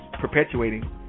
perpetuating